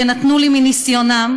שנתנו לי מניסיונם,